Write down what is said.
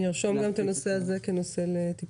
אני ארשום גם את הנושא הזה של הפרסום,